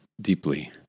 deeply